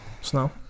Snow